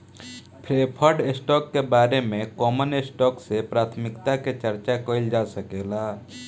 preferred stock के बारे में कॉमन स्टॉक से प्राथमिकता के चार्चा कईल जा सकेला